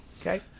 okay